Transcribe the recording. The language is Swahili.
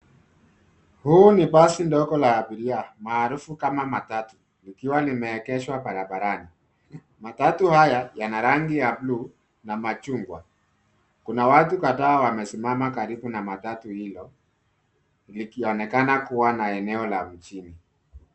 Huu ni basi ndogo la abiria maarufu kama matatu likiwa limeegeshwa barabarani. Matatu haya yana rangi ya bluu na machungwa. Kuna watu kadhaa wamesimama karibu na matatu hilo likionekana kuwa ni eneo la mjini.